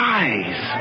eyes